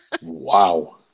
Wow